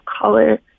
color